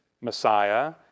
Messiah